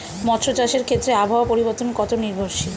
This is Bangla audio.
মৎস্য চাষের ক্ষেত্রে আবহাওয়া পরিবর্তন কত নির্ভরশীল?